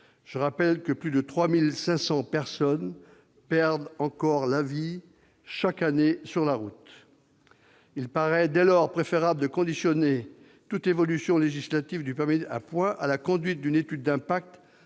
je rappelle que plus de 3 500 personnes perdent encore la vie chaque année sur la route. Il paraît dès lors préférable de conditionner toute évolution législative du permis à points à la conduite d'une étude d'impact